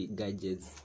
gadgets